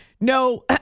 no